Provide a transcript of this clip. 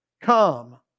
Come